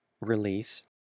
release